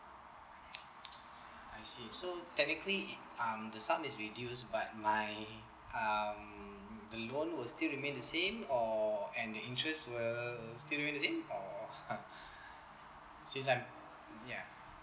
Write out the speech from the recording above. I see so technically it um the sum is reduced but my um the loan will still remain the same or and the interest will still remain the same or since I'm ya